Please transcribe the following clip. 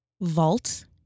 Vault